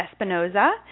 Espinoza